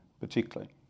particularly